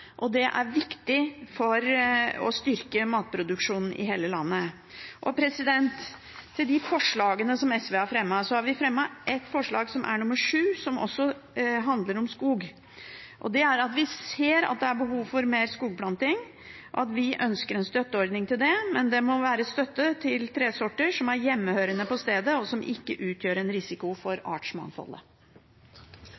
seg. Det er viktig for å styrke matproduksjonen i hele landet. Når det gjelder de forslagene som SV har fremmet, har vi fremmet forslag nr. 7, som handler om skog. Det er fordi vi ser at det er behov for mer skogplanting, og vi ønsker en støtteordning til det, men det må være støtte til tresorter som er hjemmehørende på stedet, og som ikke utgjør en risiko for